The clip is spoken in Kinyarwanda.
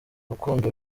rukundo